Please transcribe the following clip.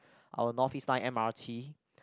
our North East Line M_R_T